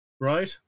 right